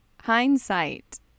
hindsight